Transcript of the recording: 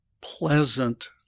pleasant